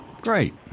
Great